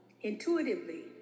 intuitively